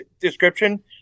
description